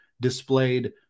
displayed